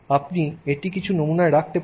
আপনি এটি কিছু নমুনায় রাখতে পারেন